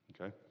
okay